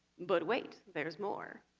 but wait. there's more!